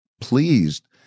pleased